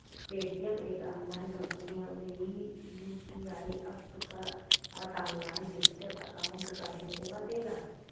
Paytm एक online company हउवे ई यू.पी.आई अप्प क साथ ऑनलाइन डिजिटल अकाउंट क भी सेवा देला